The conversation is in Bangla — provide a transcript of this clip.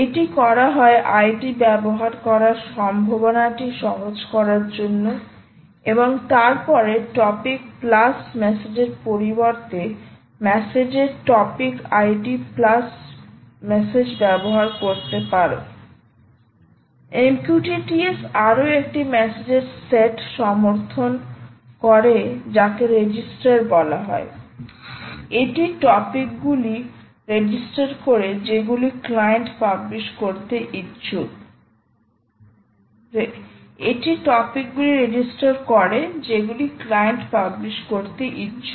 এটি করা হয় আইডি ব্যবহার করার সম্ভাবনাটি সহজ করার জন্য এবং তারপরে টপিক প্লাস মেসেজের পরিবর্তে মেসেজের টপিক আইডি প্লাস মেসেজ ব্যবহার করতে MQTT S আরো একটি মেসেজের সেট সমর্থন করে যাকেরেজিস্টার বলা হয় এটি টপিকগুলি রেজিস্টার করে যেগুলি ক্লায়েন্ট পাবলিশ করতে ইচ্ছুক